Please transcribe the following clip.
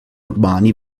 urbani